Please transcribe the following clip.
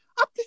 up